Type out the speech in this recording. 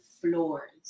floors